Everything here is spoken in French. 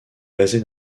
basée